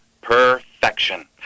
Perfection